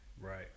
Right